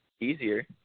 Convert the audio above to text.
easier